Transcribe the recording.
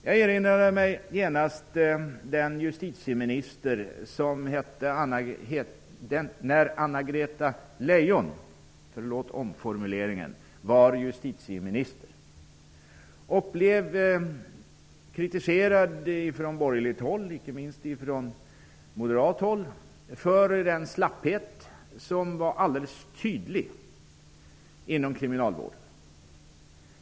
Jag erinrade mig genast om när Anna-Greta Leijon var justitieminister och blev kritiserad från borgerligt -- inte minst från moderat -- håll, för den slapphet som var tydlig inom kriminalvården.